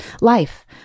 life